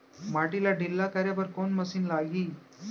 माटी ला ढिल्ला करे बर कोन मशीन लागही?